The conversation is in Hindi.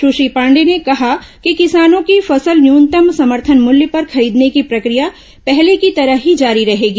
सुश्री पांडेय ने कहा कि किसानों की फसल न्यूनतम समर्थन मूल्य पर खरीदने की प्रक्रिया पहले की तरह ही जारी रहेगी